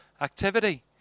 activity